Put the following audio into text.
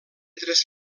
tres